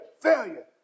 failure